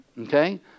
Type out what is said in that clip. Okay